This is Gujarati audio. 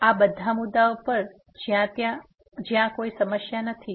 તેથી આ બધા મુદ્દાઓ પર જ્યાં કોઈ સમસ્યા નથી